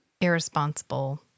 irresponsible